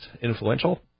influential